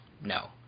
no